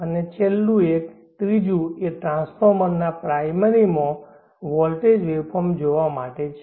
અને છેલ્લું એક ત્રીજું એ ટ્રાન્સફોર્મરના પ્રાયમરી માં વોલ્ટેજ વેવફોર્મ જોવા માટે છે